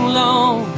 long